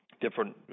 different